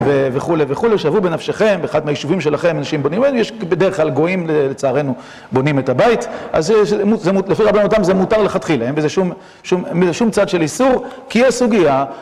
וכולי וכולי, שבו בנפשכם, באחד מהיישובים שלכם אנשים בונים בית, יש בדרך כלל גויים לצערנו בונים את הבית אז לפי רבנותם זה מותר לחתכי להם וזה שום צעד של איסור, כי יש סוגיה